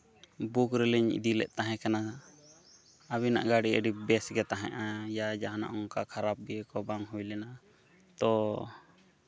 book ᱨᱮᱞᱤᱧ ᱤᱫᱤ ᱞᱮᱫ ᱛᱟᱦᱮᱸ ᱠᱟᱱᱟ ᱟᱹᱵᱤᱱᱟᱜ ᱜᱟᱹᱰᱤ ᱟᱹᱰᱤ ᱵᱮᱥ ᱜᱮ ᱛᱟᱦᱮᱸᱭᱟ ᱡᱟ ᱡᱟᱦᱟᱱᱟᱜ ᱚᱱᱠᱟ ᱠᱷᱟᱨᱟᱯ ᱤᱭᱟᱹ ᱠᱚ ᱵᱟᱝ ᱦᱩᱭ ᱞᱮᱱᱟ ᱛᱚ